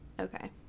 Okay